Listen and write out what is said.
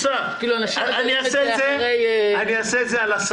אני אתן דוגמה על 10